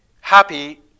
Happy